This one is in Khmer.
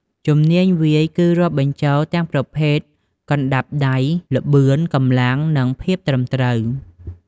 ជំនាញវាយគឺ រាប់បញ្ចូលទាំងប្រភេទកណ្តាប់ដៃ ល្បឿន កម្លាំង និងភាពត្រឹមត្រូវ។